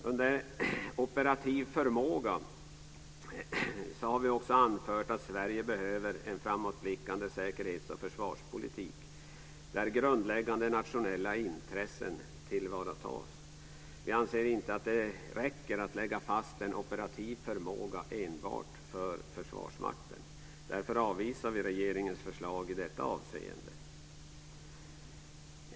Under operativ förmåga har vi också anfört att Sverige behöver en framåtblickande säkerhets och försvarspolitik där grundläggande nationella intressen tillvaratas. Vi anser inte att det räcker att lägga fast en operativ förmåga enbart för Försvarsmakten. Därför avvisar vi regeringens förslag i detta avseende.